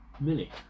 Millie